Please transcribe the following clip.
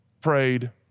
prayed